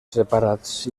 separats